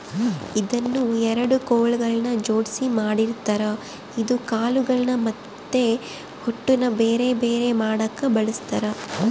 ಇದನ್ನ ಎರಡು ಕೊಲುಗಳ್ನ ಜೊಡ್ಸಿ ಮಾಡಿರ್ತಾರ ಇದು ಕಾಳುಗಳ್ನ ಮತ್ತೆ ಹೊಟ್ಟುನ ಬೆರೆ ಬೆರೆ ಮಾಡಕ ಬಳಸ್ತಾರ